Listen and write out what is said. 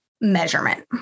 measurement